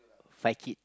Fai kid